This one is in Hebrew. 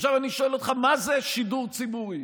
אני שואל אותך: מה זה שידור ציבורי?